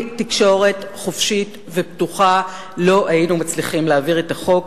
תקשורת חופשית ופתוחה לא היינו מצליחים להעביר את החוק,